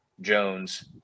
Jones